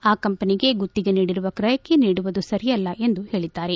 ಆ ಕಂಪನಿಗೆ ಗುತ್ತಿಗೆ ನೀಡಿರುವ ಕ್ರಯಕ್ಕೆ ನೀಡುವುದು ಸರಿಯಲ್ಲ ಎಂದು ಹೇಳಿದ್ದಾರೆ